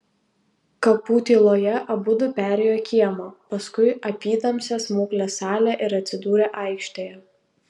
kapų tyloje abudu perėjo kiemą paskui apytamsę smuklės salę ir atsidūrė aikštėje